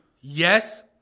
yes